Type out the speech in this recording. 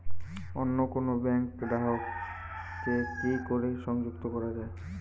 অন্য কোনো ব্যাংক গ্রাহক কে কি করে সংযুক্ত করা য়ায়?